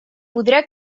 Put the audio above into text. podrà